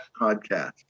podcast